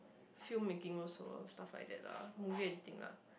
film making also stuff like that lah moving anything lah